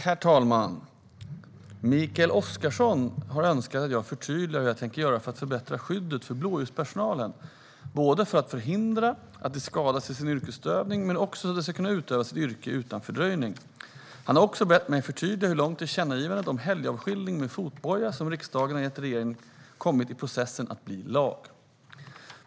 Herr talman! Mikael Oscarsson har önskat att jag förtydligar hur jag tänker göra för att förbättra skyddet för blåljuspersonalen, både för att förhindra att de skadas i sin yrkesutövning och så att de kan utöva sitt yrke utan fördröjning. Han har också bett mig förtydliga hur långt tillkännagivandet om helgavskiljning med fotboja som riksdagen har gett regeringen kommit i processen att bli lag.